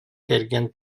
кэргэн